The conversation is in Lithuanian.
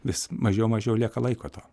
vis mažiau mažiau lieka laiko to